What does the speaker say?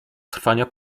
trwania